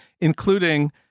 including